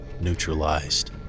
neutralized